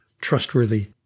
trustworthy